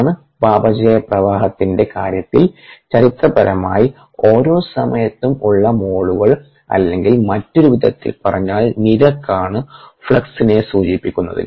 ഉപാപചയ പ്രവാഹത്തിന്റെ കാര്യത്തിൽ ചരിത്രപരമായി ഓരോ സമയത്തും ഉള്ള മോളുകൾ അല്ലെങ്കിൽ മറ്റൊരു വിധത്തിൽ പറഞ്ഞാൽ നിരക്കാണ് ഫ്ലക്സ്നെ സൂചിപ്പിക്കുന്നതിന്